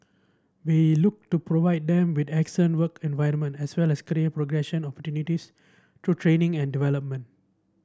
we look to provide them with excellent work environment as well as career progression opportunities through training and development